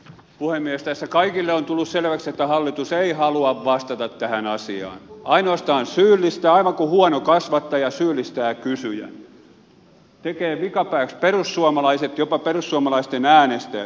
tässä kaikille on tullut selväksi että hallitus ei halua vastata tähän asiaan ainoastaan syyllistää aivan kuten huono kasvattaja syyllistää kysyjän tekee vikapääksi perussuomalaiset jopa perussuomalaisten äänestäjät